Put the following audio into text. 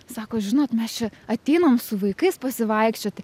sako žinot mes čia ateinam su vaikais pasivaikščioti